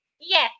Yes